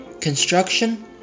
Construction